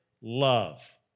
love